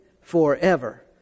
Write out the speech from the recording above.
forever